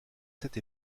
cette